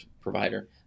provider